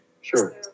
Sure